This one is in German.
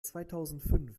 zweitausendfünf